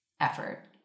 effort